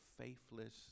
faithless